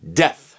death